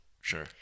sure